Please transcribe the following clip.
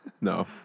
No